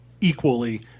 equally